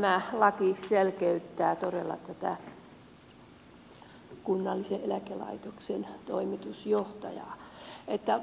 tämä laki selkeyttää todella tätä kunnallisen eläkelaitoksen toimitusjohtajaa että